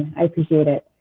i appreciate it.